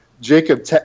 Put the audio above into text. Jacob